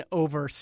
over